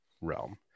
realm